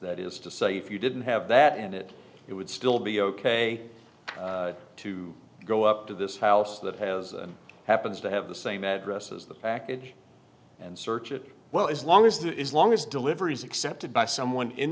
that is to say if you didn't have that and it it would still be ok to go up to this house that has happens to have the same address as the package and search it well as long as that is long as delivery is accepted by someone in